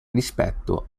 rispetto